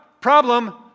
problem